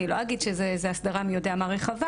אני לא אגיד שזו הסדרה מי יודע מה רחבה,